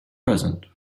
present